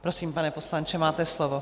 Prosím, pane poslanče, máte slovo.